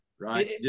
right